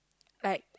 like